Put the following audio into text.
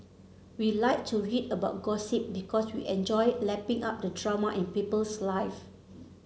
we like to read about gossip because we enjoy lapping up the drama in people's life